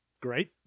Great